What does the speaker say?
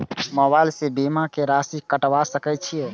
Mobile से बीमा के राशि कटवा सके छिऐ?